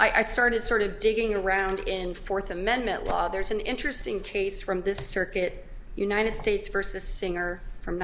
i started sort of digging around in fourth amendment law there's an interesting case from this circuit united states versus singer from